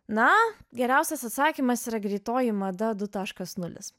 na geriausias atsakymas yra greitoji mada du taškas nulis